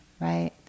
right